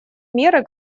меры